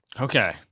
Okay